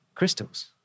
Crystals